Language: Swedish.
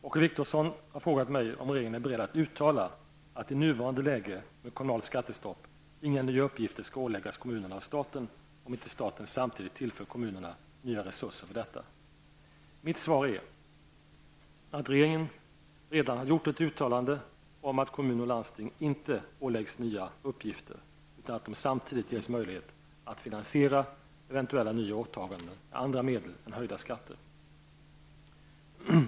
Åke Wictorsson har frågat mig om regeringen är beredd att uttala att i nuvarande läge med kommunalt skattestopp inga nya uppgifter skall åläggas kommunerna av staten om inte staten samtidigt tillför kommunerna nya resurser för detta. Mitt svar är att regeringen redan har gjort ett uttalande om att kommuner och landsting inte skall åläggas nya uppgifter utan att de samtidigt ges möjlighet att finansiera eventuella nya åtaganden med andra medel än höjda skatter.